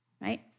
Right